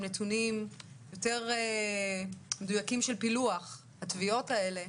נתונים יותר מדוייקים של פילוח התביעות האלה.